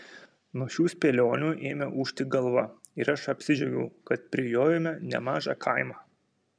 nuo šių spėlionių ėmė ūžti galva ir aš apsidžiaugiau kad prijojome nemažą kaimą